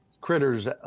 critters